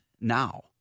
now